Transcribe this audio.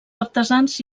artesans